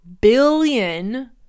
billion